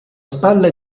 spalla